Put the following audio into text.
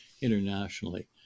internationally